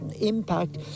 impact